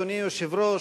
אדוני היושב-ראש,